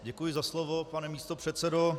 Děkuji za slovo, pane místopředsedo.